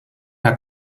herr